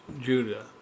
Judah